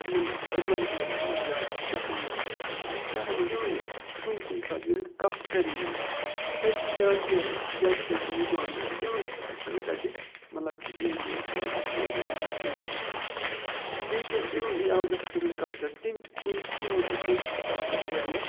یِمَن أربَن ایریاہَن مَنٛز یا شَہرَن مَنٛز اَگَر أسۍ وٕچھو شَہرَن مَنٛز چھِ گَژھان کُنہِ کُنہِ ساتہٕ ییٚلہِ کانٛہہ کَرِ یوٗز تَتہِ چھِ زیادٕ یہِ زیادٕ چھِ تَتہِ گٔمٕژ ڈامِنٹ أسۍ وَنو تَتہِ مطلب کہِ اِنٛگلِش یا تہِ آسہِ اُردو نَتہٕ آسہِ اِنٛگلِش بیٚیہِ کیاہ چھِ بیٚیہِ آو ویٚسٹٲرٕن کَلچَر تٔمۍ تہِ کوٚر سون یہِ کٲشُر کَلچَر واریاہ